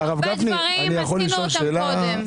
הרבה דברים עשינו קודם.